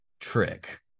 trick